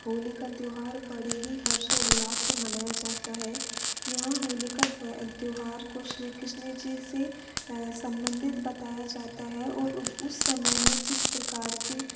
होली का त्योहार बड़े ही हर्षोल्लास से मनाया जाता है यहाँ होली का त्व त्योहार को श्री कृष्ण जी से संबंधित बताया जाता है और उन उस समय में जिस प्रकार की